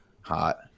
Hot